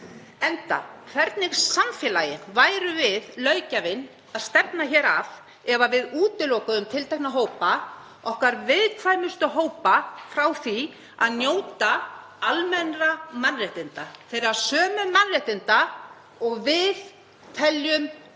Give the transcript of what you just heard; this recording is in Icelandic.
að hvernig samfélagi værum við, löggjafinn, að stefna ef við útilokuðum tiltekna hópa, okkar viðkvæmustu hópa, frá því að njóta almennra mannréttinda, þeirra sömu mannréttinda og við teljum